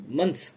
month